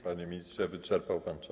Panie ministrze, wyczerpał pan czas.